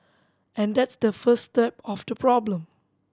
and that's the first step of the problem